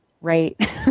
Right